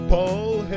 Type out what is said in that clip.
Paul